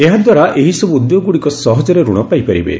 ଏହାଦ୍ୱାରା ଏହିସବ୍ର ଉଦ୍ୟୋଗଗ୍ରଡ଼ିକ ସହଜରେ ଋଣ ପାଇପାରିବେ